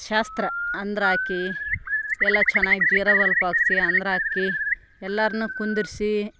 ಶಾಸ್ತ್ರ ಹಂದ್ರಾಕಿ ಎಲ್ಲ ಚೆನ್ನಾಗ್ ಝೀರೋ ಬಲ್ಪ್ ಹಾಕಿಸಿ ಹಂದ್ರಾಕಿ ಎಲ್ಲಾರನ್ನು ಕುಂದ್ರಿಸಿ